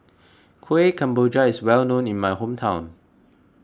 Kueh Kemboja is well known in my hometown